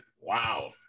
Wow